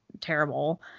terrible